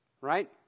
Right